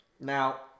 Now